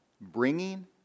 bringing